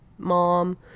Mom